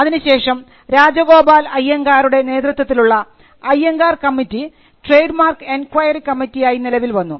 അതിനുശേഷം രാജഗോപാൽ അയ്യങ്കാറുടെ നേതൃത്വത്തിലുള്ള Iyengar committee trade mark enquiry കമ്മിറ്റിയായി നിലവിൽ വന്നു